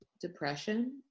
depression